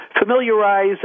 familiarize